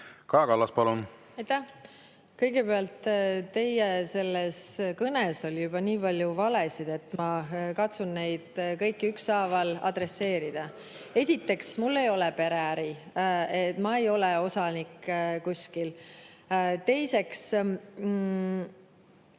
Kaja Kallas, palun! Aitäh! Kõigepealt, teie selles kõnes oli juba nii palju valesid, et ma katsun neid kõiki ükshaaval adresseerida. Esiteks, mul ei ole pereäri. Ma ei ole osanik kuskil. Teiseks,